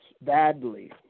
badly